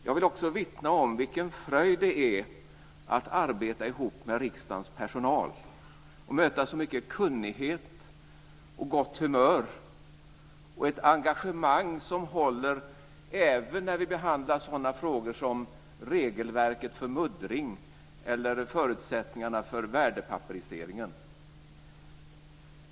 Jag vill också vittna om vilken fröjd det är att arbeta ihop med riksdagens personal och möta så mycket kunnighet och gott humör och ett engagemang som håller även när vi behandlar sådana frågor som regelverket för muddring eller förutsättningarna för värdepapperiseringen.